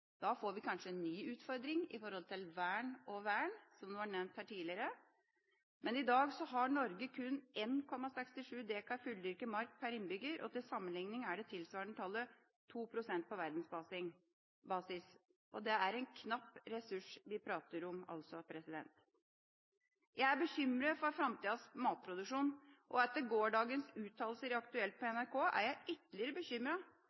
Da får vi kanskje en ny utfordring når det gjelder vern og vern, som nevnt tidligere. Men i dag har Norge kun 1,67 dekar fulldyrket mark per innbygger. Til sammenligning er det tilsvarende tallet 2 pst. på verdensbasis. Det er en knapp ressurs vi prater om. Jeg er bekymret for framtidas matproduksjon, og etter gårsdagens uttalelser i Aktuelt på